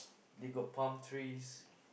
they got palm trees